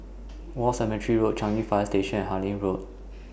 War Cemetery Road Changi Fire Station and Harlyn Road